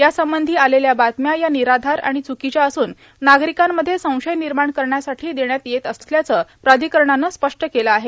यासंबंधी आलेल्या बातम्या या निराधार आणि च्रकीच्या असून नागरिकांमध्ये संशय निर्माण करण्यासाठी देण्यात येत असल्याचं प्राधिकरणानं स्पष्ट केलं आहे